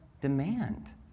demand